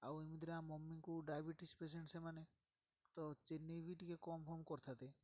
ଆଉ ଏମିତିରେ ଆମ ମମୀଙ୍କୁ ଡ଼ାଇବେଟିସ୍ ପେସେଣ୍ଟ ସେମାନେ ତ ଚେନି ବି ଟିକେ କମ୍ଫମ୍ କରିଥାନ୍ତେ